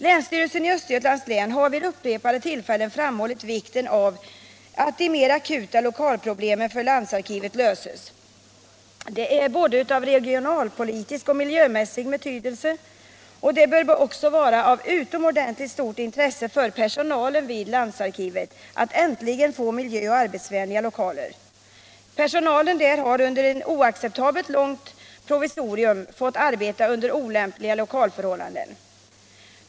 Länsstyrelsen i Östergötlands län har vid upprepade tillfällen framhållit vikten av att de alltmer akuta lokalproblemen för landsarkivet löses. Det är av både regionalpolitisk och miljömässig betydelse. Det bör också vara av utomordentligt stort intresse för personalen vid landsarkivet att äntligen få miljöoch arbetsvänliga lokaler. Personalen har under ett oacceptabelt långt provisorium fått arbeta under olämpliga lokalförhållanden.